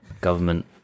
government